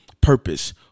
purpose